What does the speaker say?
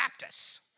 Baptists